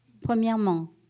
Premièrement